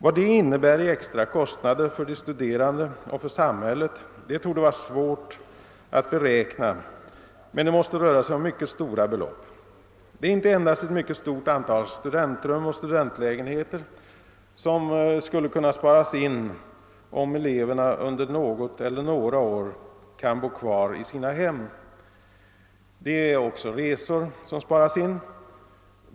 Vad det innebär i extra kostnader för de studerande och för samhället torde vara svårt att beräkna, men det måste röra sig om mycket stora belopp. Det är inte endast ett mycket stort antal studentrum och studentlägenheter som skulle kunna sparas in, om eleverna under något eller några år kan bo kvar i sina hem, det är också resor som sparas in.